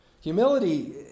Humility